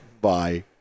Bye